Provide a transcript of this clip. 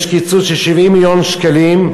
יש קיצוץ של 70 מיליון שקלים,